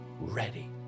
ready